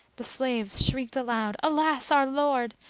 the slaves shrieked aloud, alas, our lord!